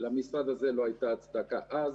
כשנדבר על הפעילות שלנו במבצע,